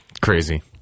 Crazy